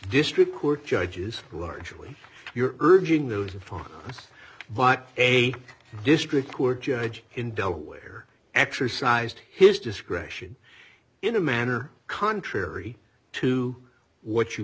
district court judges largely you're urging those for but a district court judge in delaware exercised his discretion in a manner contrary to what you